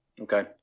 Okay